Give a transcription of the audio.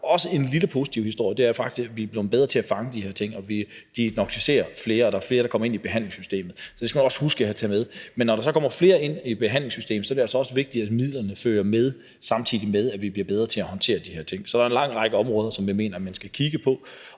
også er en lille positiv historie. Det er, at vi er blevet bedre til at fange de her ting, at diagnosticere flere, og at der er flere, der kommer ind i behandlingssystemet. Så det skal man også huske at tage med. Men når der så kommer flere ind i behandlingssystemet, er det altså også vigtigt, at midlerne følger med, samtidig med at vi bliver bedre til at håndtere de her ting. Så der er en lang række områder, som jeg mener man skal kigge på,